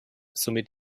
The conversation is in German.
somit